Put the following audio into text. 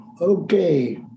Okay